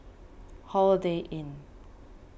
Holiday Inn